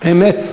אמת.